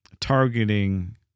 targeting